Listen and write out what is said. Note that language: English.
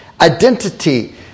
identity